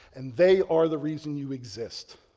and they are the reason you exist.